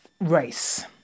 race